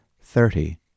thirty